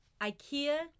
Ikea